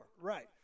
Right